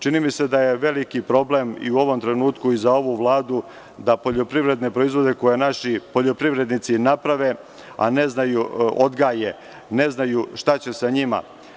Čini mi se da je veliki problem i u ovom trenutku i za ovu Vladu da poljoprivredne proizvode koje naši poljoprivrednici odgaje, a ne znaju šta će sa njima.